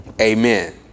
Amen